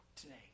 today